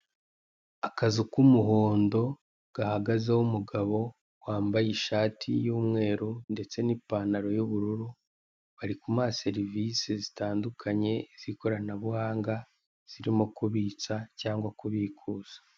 Akazu k'umuhondo gahagazeho umugabo wambaye ishati y'umweru ndetse n'ipantalo y'ubururu bari kumuha serivise zitandukanye z'ikoranabuhanga zirimo kubitsa cyangwa kubikuza.